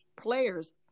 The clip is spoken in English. players